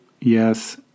yes